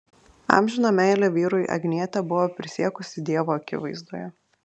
amžiną meilę vyrui agnietė buvo prisiekusi dievo akivaizdoje